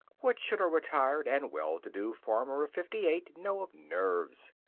what should a retired and well-to-do farmer of fifty-eight know of nerves,